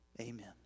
Amen